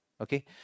okay